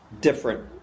different